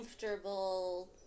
comfortable